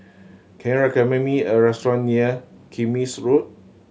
can you recommend me a restaurant near Kismis Road